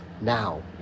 now